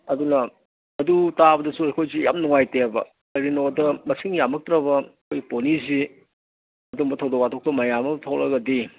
ꯑꯗꯨꯅ ꯑꯗꯨ ꯇꯥꯕꯗꯁꯨ ꯑꯩꯈꯣꯏꯁꯤ ꯌꯥꯝ ꯅꯨꯡꯉꯥꯏꯇꯦꯕ ꯀꯔꯤꯅꯣꯗ ꯃꯁꯤꯡ ꯌꯥꯝꯃꯛꯇ꯭ꯔꯕ ꯑꯩꯈꯣꯏ ꯄꯣꯅꯤꯁꯤ ꯑꯗꯨꯝꯕ ꯊꯧꯗꯣꯛ ꯋꯥꯊꯣꯛꯇꯣ ꯃꯌꯥꯝ ꯑꯃ ꯊꯣꯂꯛꯑꯒꯗꯤ